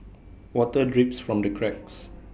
water drips from the cracks